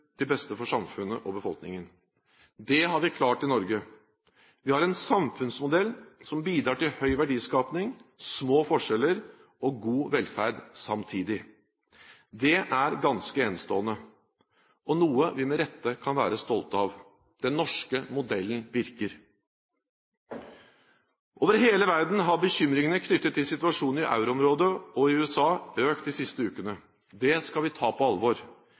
beste for samfunnet og befolkningen. Det har vi klart i Norge. Vi har en samfunnsmodell som bidrar til høy verdiskaping, små forskjeller og god velferd samtidig. Det er ganske enestående og noe vi med rette kan være stolte av. Den norske modellen virker. Over hele verden har bekymringene knyttet til situasjonen i euroområdet og i USA økt de siste ukene. Det skal vi ta på alvor.